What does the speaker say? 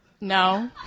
No